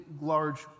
large